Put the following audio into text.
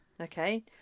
okay